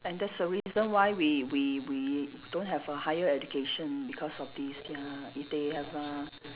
and that's the reason why we we we don't have a higher education because of this ya if they have uh